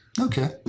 Okay